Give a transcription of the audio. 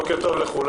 בוקר טוב לכולם.